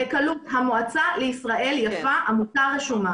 בקלות המועצה לישראל יפה, עמותה רשומה.